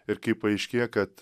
ir kai paaiškėja kad